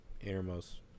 innermost